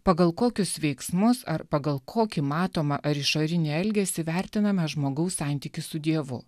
pagal kokius veiksmus ar pagal kokį matomą ar išorinį elgesį vertiname žmogaus santykis su dievu